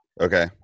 Okay